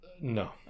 No